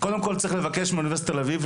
קודם כל צריך לבקש מאוניברסיטה תל אביב,